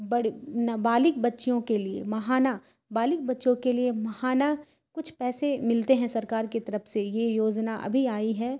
بڑ نابالغ بچیوں کے لیے ماہانہ بالغ بچیوں کے لیے ماہانہ کچھ پیسے ملتے ہیں سرکار کی طرف سے یہ یوجنا ابھی آئی ہے